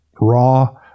raw